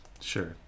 Sure